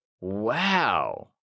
Wow